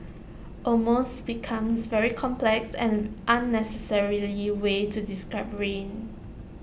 almost becomes very complex and unnecessarily way to describe rain